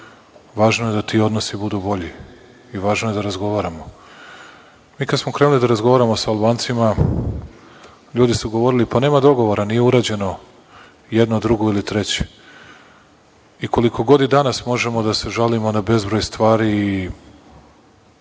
važno je da ti odnosi budu bolji i važno je da razgovaramo. Mi kada smo krenuli da razgovaramo sa Albancima, ljudi su govorili - pa nema dogovora nije urađeno jedno, drugo ili treće. Koliko god i danas možemo da se žalimo na bezbroj stvari i